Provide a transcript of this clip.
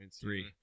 three